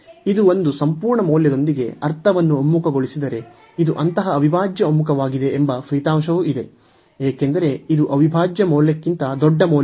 ಇದು ಒಂದು ಸಂಪೂರ್ಣ ಮೌಲ್ಯದೊಂದಿಗೆ ಅರ್ಥವನ್ನು ಒಮ್ಮುಖಗೊಳಿಸಿದರೆ ಇದು ಅಂತಹ ಅವಿಭಾಜ್ಯ ಒಮ್ಮುಖವಾಗಿದೆ ಎಂಬ ಫಲಿತಾಂಶವೂ ಇದೆ ಏಕೆಂದರೆ ಇದು ಅವಿಭಾಜ್ಯ ಮೌಲ್ಯಕ್ಕಿಂತ ದೊಡ್ಡ ಮೌಲ್ಯವಾಗಲಿದೆ